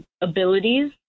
abilities